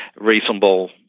reasonable